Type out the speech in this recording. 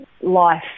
life